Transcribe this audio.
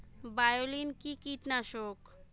বায়োলিন কি কীটনাশক?